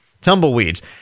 tumbleweeds